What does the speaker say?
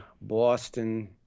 Boston